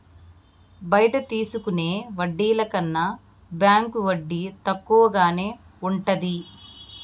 బయట తీసుకునే వడ్డీల కన్నా బ్యాంకు వడ్డీ తక్కువగానే ఉంటది